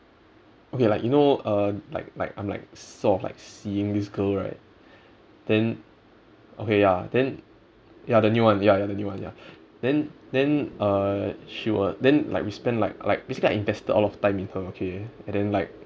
okay like you know uh like like I'm like sort of like seeing this girl right then okay ya then ya the new one ya ya the new one ya then then uh she wa~ then like we spent like like basically I invested a lot of time with her okay and then like